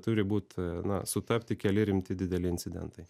turi būt na sutapti keli rimti dideli incidentai